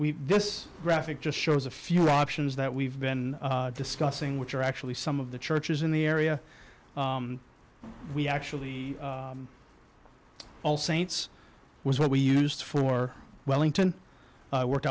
we this graphic just shows a few options that we've been discussing which are actually some of the churches in the area we actually all saints was what we used for wellington worked